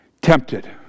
tempted